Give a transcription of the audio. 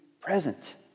present